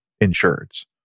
insurance